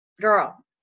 girl